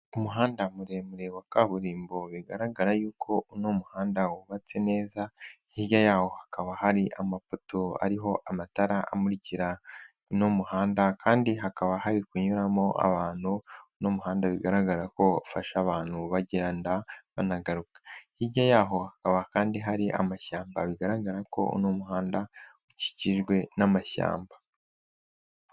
Umuhanda muremure wa kaburimbo bigaragara yuko uno muhanda wubatse neza, hirya y'aho hakaba hari amapoto ariho amatara amurikira uno muhanda, kandi hakaba hari kunyuramo abantu, uno muhanda bigaragara ko ufasha abantu bagenda banagaruka, hirya y'aho hakaba kandi hari amashyamba bigaragara ko uno muhanda ukikijwe n'amashyamba.